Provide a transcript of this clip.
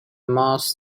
most